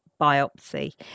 biopsy